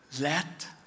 Let